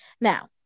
Now